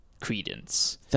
Credence